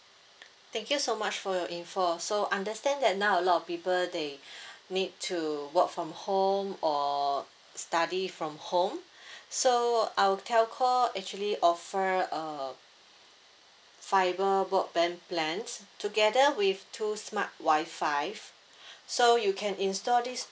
thank you so much for your info so understand that now a lot of people they need to work from home or study from home so uh our telco actually offer uh fiber broadband plans together with two smart wifi so you can install this